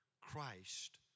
Christ